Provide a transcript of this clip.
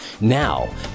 Now